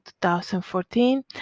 2014